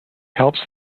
helps